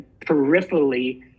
peripherally